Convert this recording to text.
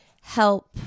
help